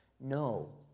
no